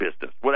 business